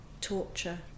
torture